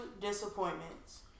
disappointments